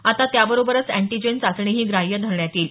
आता त्याबरोबरच एन्टीजेन चाचणीही ग्राह्य धरण्यात येईल